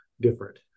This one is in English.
different